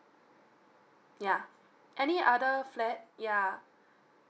yeah any other flat yeah